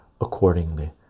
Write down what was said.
accordingly